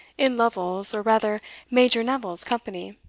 in lovel's, or rather major neville's company.